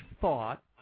thought